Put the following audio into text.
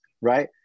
right